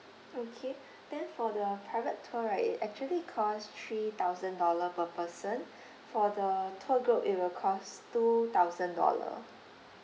okay then for the private tour right it actually cost three thousand dollar per person for the tour group it will cost two thousand dollar